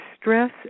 stress